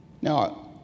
Now